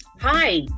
hi